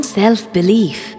self-belief